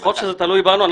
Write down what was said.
ככל שזה תלוי בנו,